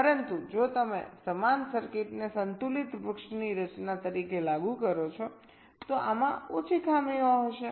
પરંતુ જો તમે સમાન સર્કિટને સંતુલિત વૃક્ષની રચના તરીકે લાગુ કરો છો તો આમાં ઓછી ખામીઓ હશે